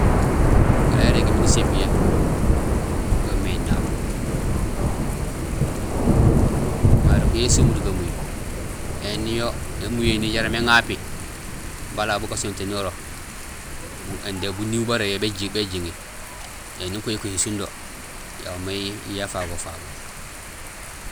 Ēnukuréén yaan irégmé nisébiyé yo yoomé énaab marok yo ésumuk gamuy. Ēni yo émuyéni jaraam éŋapi, bala aw bu gasontéénnoro, buniiw bara yo béjiŋi. Ēni nukuhi kuhi sindo, aw may yiya éfagofago.